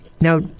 Now